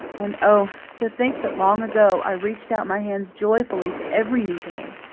and, oh, to think that long ago i reached out my hands joyfully to every new day,